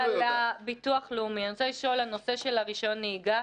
אני רוצה לשאול על הנושא של רישיון נהיגה,